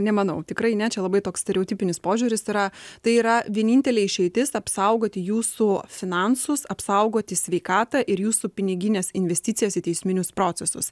nemanau tikrai ne čia labai toks stereotipinis požiūris yra tai yra vienintelė išeitis apsaugoti jūsų finansus apsaugoti sveikatą ir jūsų pinigines investicijas į teisminius procesus